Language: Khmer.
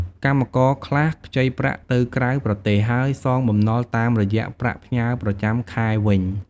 កម្មករខ្លះខ្ចីប្រាក់ទៅក្រៅប្រទេស ហើយសងបំណុលតាមរយៈប្រាក់ផ្ញើប្រចាំខែវិញ។